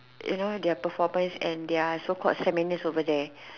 you know their performance and their so called over there